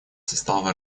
состава